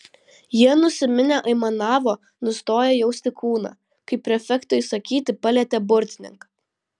jie nusiminę aimanavo nustoję jausti kūną kai prefekto įsakyti palietė burtininką